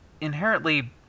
inherently